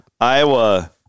Iowa